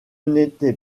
n’étais